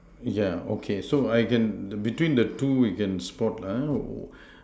yeah okay so I can between the two we can spot ah